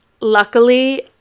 luckily